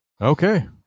Okay